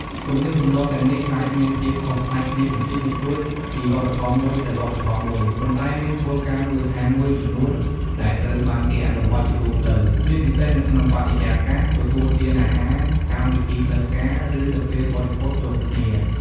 ទំនៀមទម្លាប់ទាំងនេះអាចមានភាពខុសប្លែកគ្នាបន្តិចបន្តួចពីវប្បធម៌មួយទៅវប្បធម៌មួយ ប៉ុន្តែមានគោលការណ៍មូលដ្ឋានមួយចំនួនដែលត្រូវបានគេអនុវត្តជាទូទៅ ជាពិសេសនៅក្នុងបរិយាកាសទទួលទានអាហារកម្មវិធីផ្លូវការ ឬនៅពេលបរិភោគជុំគ្នា។